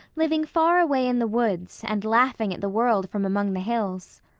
living far away in the woods, and laughing at the world from among the hills.